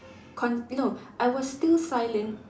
con~ you know I was still silent